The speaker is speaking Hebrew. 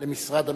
למשרד המשפטים.